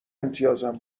امتیازم